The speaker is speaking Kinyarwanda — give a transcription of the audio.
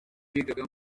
bigaga